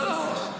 לא, לא.